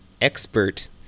expert